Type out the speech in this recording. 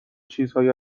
چیزهایی